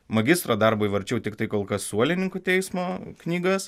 magistro darbui varčiau tiktai kol kas suolininkų teismo knygas